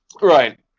right